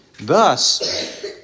Thus